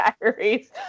Diaries